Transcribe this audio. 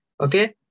okay